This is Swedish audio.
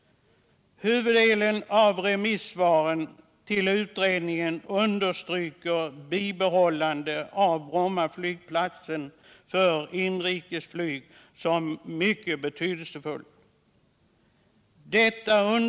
Huvuddelen av remissvaren understryker bibehållande av Bromma flygplats för inrikesflyg som mycket betydelsefullt.